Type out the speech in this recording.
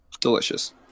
Delicious